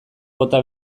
bota